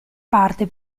parte